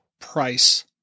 price